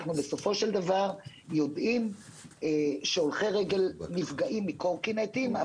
בסופו של דבר יודעים שהולכי רגל נפגעים מקורקינטים,